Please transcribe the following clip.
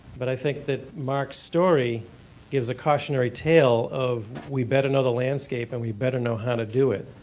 but i think that mark's story gives a cautionary tale of we better know the landscape and we better know how to do it.